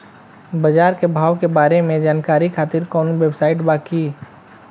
बाजार के भाव के बारे में जानकारी खातिर कवनो वेबसाइट बा की?